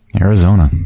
Arizona